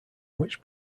which